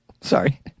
Sorry